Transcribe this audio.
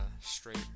straight